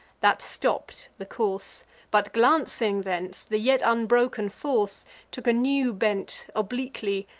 that stopp'd the course but, glancing thence, the yet unbroken force took a new bent obliquely,